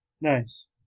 Nice